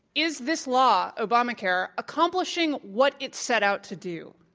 is this law, obamacare, accomplishing what it set out to do?